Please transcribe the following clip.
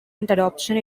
adoption